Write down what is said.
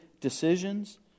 decisions